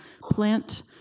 plant